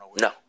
No